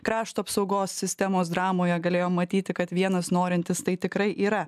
krašto apsaugos sistemos dramoje galėjo matyti kad vienas norintis tai tikrai yra